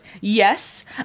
yes